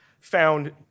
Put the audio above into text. found